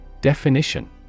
Definition